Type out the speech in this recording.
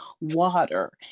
water